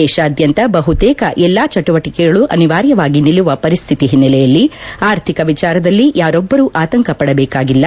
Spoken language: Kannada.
ದೇಶಾದ್ಯಂತ ಬಹುತೇಕ ಎಲ್ಲಾ ಚಟುವಟಕೆಗಳೂ ಅನಿವಾರ್ಯವಾಗಿ ನಿಲ್ಲುವ ಪರಿಸ್ತಿತಿ ಹಿನ್ನೆಲೆಯಲ್ಲಿ ಆರ್ಥಿಕ ವಿಚಾರದಲ್ಲಿ ಯಾರೊಬ್ಬರೂ ಆತಂಕ ಪಡಬೇಕಾಗಿಲ್ಲ